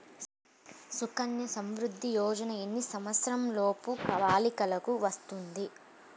సుకన్య సంవృధ్ది యోజన ఎన్ని సంవత్సరంలోపు బాలికలకు వస్తుంది?